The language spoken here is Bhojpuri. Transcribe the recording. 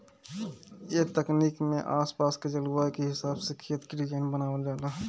ए तकनीक में आस पास के जलवायु के हिसाब से खेत के डिज़ाइन बनावल जाला